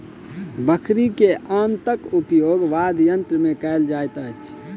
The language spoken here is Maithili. बकरी के आंतक उपयोग वाद्ययंत्र मे कयल जाइत अछि